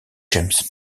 james